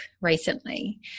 recently